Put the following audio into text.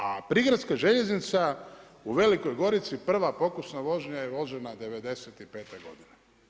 A prigradska željeznica u Velikoj Gorici, prva pokusna vožnja je vožena '95. godine.